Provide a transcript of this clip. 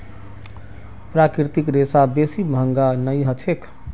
प्राकृतिक रेशा बेसी महंगा नइ ह छेक